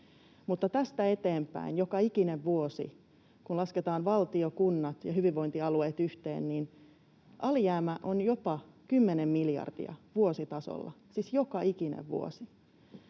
tästä eteenpäin joka ikinen vuosi, kun lasketaan valtio, kunnat ja hyvinvointialueet yhteen, niin alijäämä on jopa 10 miljardia vuositasolla, siis joka ikinen vuosi.